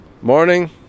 morning